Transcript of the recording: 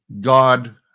God